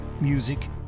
Music